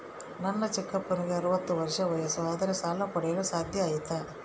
ನನ್ನ ಚಿಕ್ಕಪ್ಪನಿಗೆ ಅರವತ್ತು ವರ್ಷ ವಯಸ್ಸು ಆದರೆ ಸಾಲ ಪಡೆಯಲು ಸಾಧ್ಯ ಐತಾ?